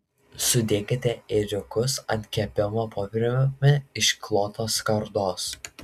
sudėkite ėriukus ant kepimo popieriumi išklotos skardos